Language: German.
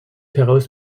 heraus